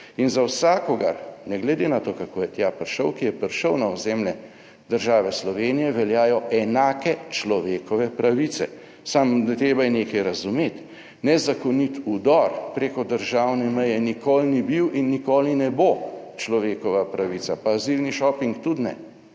in za vsakogar, ne glede na to kako je tja prišel, ki je prišel na ozemlje države Slovenije, veljajo enake človekove pravice, samo treba je nekaj razumeti, nezakonit udor preko državne meje nikoli ni bil in nikoli ne bo človekova pravica, pa azilni šoping tudi ne,